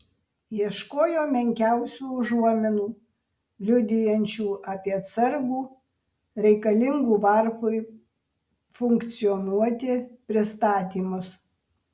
ieškojo menkiausių užuominų liudijančių apie atsargų reikalingų varpui funkcionuoti pristatymus